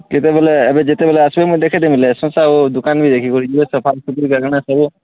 କେତେବେଲେ ଏବେ ଯେତେବେଲେ ଆସ୍ବେ ମୁଇଁ ଦେଖେଇଦେମି ଲାଇସେନ୍ସ ଆଉ ଦୁକାନ୍ ବି ଦେଖିକରି ଯିବେ ସଫା ସୁଫା କାଁ କାଣା ସବୁ